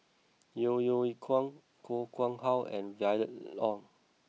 Yeo Yeow Kwang Koh Nguang How and Violet Oon